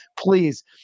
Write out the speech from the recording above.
please